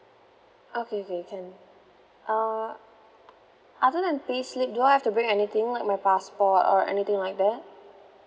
okay okay can uh other than pay slip do I have to bring anything like my passport or anything like that